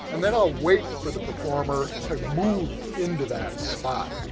and then i'll wait for the performer to move into that spot.